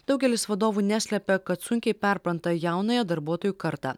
daugelis vadovų neslepia kad sunkiai perpranta jaunąją darbuotojų kartą